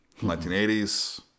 1980s